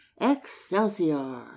excelsior